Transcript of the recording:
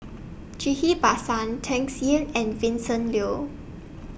Ghillie BaSan Tsung Yeh and Vincent Leow